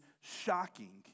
shocking